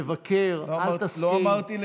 תבקר, אל תסכים, לא אמרתי לקלל.